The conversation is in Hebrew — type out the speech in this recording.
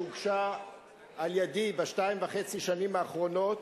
שהוגשה על-ידי בשנתיים וחצי האחרונות,